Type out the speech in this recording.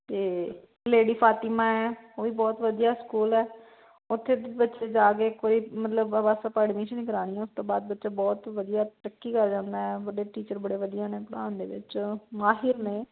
ਅਤੇ ਲੇਡੀ ਫਾਤਿਮਾ ਹੈ ਉਹ ਵੀ ਬਹੁਤ ਵਧੀਆ ਸਕੂਲ ਹੈ ਉੱਥੇ ਵੀ ਬੱਚੇ ਜਾ ਕੇ ਇੱਕ ਵਾਰ ਮਤਲਬ ਬਸ ਆਪਾਂ ਐਡਮਿਸ਼ਨ ਹੀ ਕਰਵਾਉਣੀ ਹੈ ਉਸ ਤੋਂ ਬਾਅਦ ਬੱਚਾ ਬਹੁਤ ਵਧੀਆ ਤਰੱਕੀ ਕਰ ਜਾਂਦਾ ਬੜੇ ਟੀਚਰ ਬੜੇ ਵਧੀਆ ਨੇ ਪੜ੍ਹਾਉਣ ਦੇ ਵਿੱਚ ਮਾਹਿਰ ਨੇ